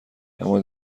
اما